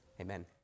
Amen